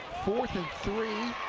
fourth and three,